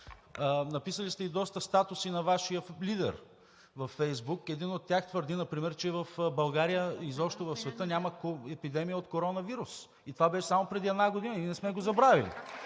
Написали сте и доста статуси за Вашия лидер във Фейсбук. В един от тях се твърди например, че в България и изобщо в света няма епидемия от коронавирус. Това беше само преди една година, а ние не сме го забравили.